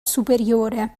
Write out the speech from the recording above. superiore